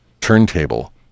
turntable